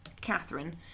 Catherine